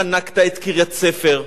חנקת את קריית-ספר,